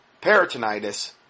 peritonitis